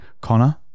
connor